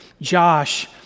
Josh